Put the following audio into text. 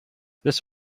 this